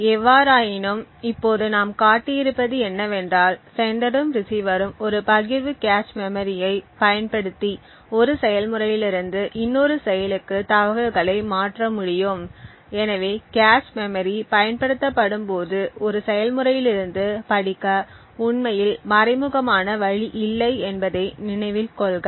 எவ்வாறாயினும் இப்போது நாம் காட்டியிருப்பது என்னவென்றால் செண்டரும் ரிஸீவரும் ஒரு பகிர்வு கேச் மெமரியைப் பயன்படுத்தி ஒரு செயல்முறையிலிருந்து இன்னொரு செயலுக்கு தகவல்களை மாற்ற முடியும் எனவே கேச் மெமரி பயன்படுத்தப்படும்போது ஒரு செயல்முறையிலிருந்து படிக்க உண்மையில் மறைமுகமான வழி இல்லை என்பதை நினைவில் கொள்க